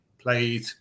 played